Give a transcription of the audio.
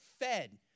fed